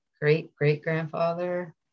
great-great-grandfather